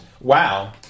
Wow